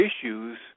issues